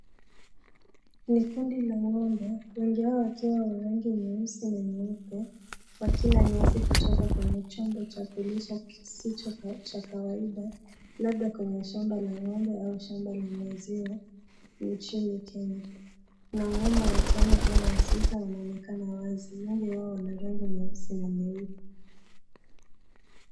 Ni kundi la ng'ombe, wengi wao wakiwa wa rangi nyeusi na rangi nyeupe, wakila nyasi kutoka kwenye chombo Cha kulisha kisicho Cha kawaida, labda kwenye shamba la ng'ombe au shamba la maziwa nchini Kenya, kuna ng'ombe watano au sita wanaonekana wazi. Wengi wao ni wa rangi nyeusi na nyeupe.